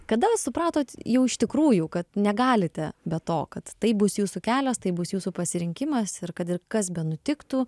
kada supratot jau iš tikrųjų kad negalite be to kad tai bus jūsų kelias tai bus jūsų pasirinkimas ir kad ir kas benutiktų